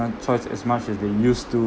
choice as much as they used to